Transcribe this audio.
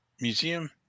museum